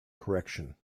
correction